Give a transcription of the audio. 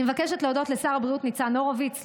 אני מבקשת להודות לשר הבריאות ניצן הורוביץ,